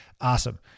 awesome